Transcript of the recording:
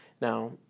Now